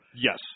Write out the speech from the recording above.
Yes